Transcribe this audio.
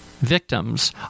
Victims